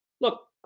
Look